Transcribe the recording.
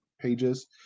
pages